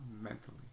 mentally